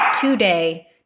today